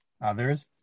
Others